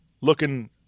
looking